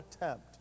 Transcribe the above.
attempt